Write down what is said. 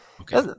okay